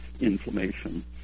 inflammation